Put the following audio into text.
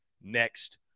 next